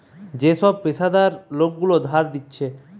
যে সব পেশাদার লোক গুলা ধার দিতেছে